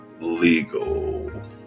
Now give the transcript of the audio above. legal